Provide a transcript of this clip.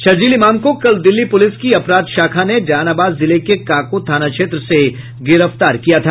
शरजील इमाम को कल दिल्ली पुलिस की अपराध शाखा ने जहानाबाद जिले के काको थाना क्षेत्र से गिरफ्तार किया था